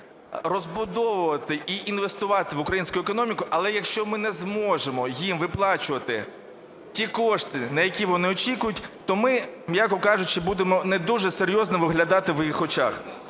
розбудовувати і інвестувати в українську економіку, але якщо ми не зможемо їм виплачувати ті кошти, на які вони очікують, то ми, м'яко кажучи, будемо не дуже серйозно виглядати в їх очах.